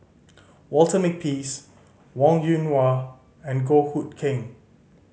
Walter Makepeace Wong Yoon Wah and Goh Hood Keng